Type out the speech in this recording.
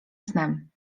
snem